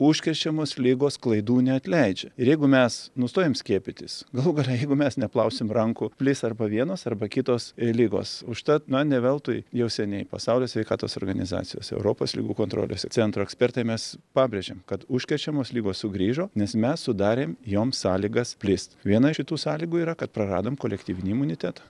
užkrečiamos ligos klaidų neatleidžia ir jeigu mes nustojam skiepytis galų gale jeigu mes neplausim rankų plis arba vienos arba kitos ligos užtat na ne veltui jau seniai pasaulio sveikatos organizacijos europos ligų kontrolės centro ekspertai mes pabrėžiam kad užkrečiamos ligos sugrįžo nes mes sudarėm jom sąlygas plist viena iš šitų sąlygų yra kad praradom kolektyvinį imunitetą